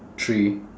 three